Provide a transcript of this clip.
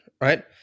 right